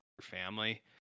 family